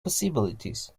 possibilities